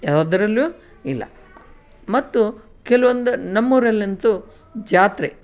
ಯಾವುದ್ರಲ್ಲೂ ಇಲ್ಲ ಮತ್ತು ಕೆಲವೊಂದು ನಮ್ಮೂರಲ್ಲಂತೂ ಜಾತ್ರೆ